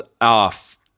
off